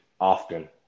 often